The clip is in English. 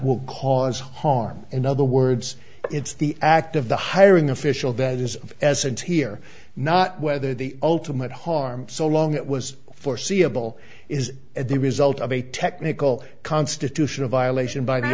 will cause harm in other words it's the act of the hiring official that is as and here not whether the ultimate harm so long it was foreseeable is at the result of a technical constitutional violation by the